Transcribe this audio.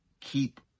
keep